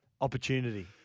opportunity